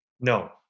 No